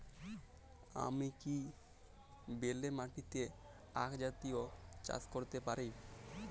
আমি কি বেলে মাটিতে আক জাতীয় চাষ করতে পারি?